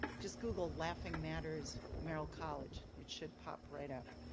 just google laughing matters, merrill college. it should pop right up.